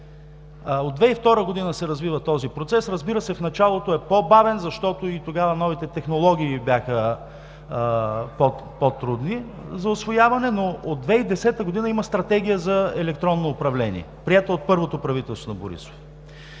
От 2002 г. се развива този процес, разбира се, в началото е по-бавен, защото и тогава новите технологии бяха по-трудни за усвояване, но от 2010 г. има Стратегия за електронно управление, приета от първото правителство на Борисов.